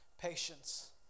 patience